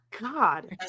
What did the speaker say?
God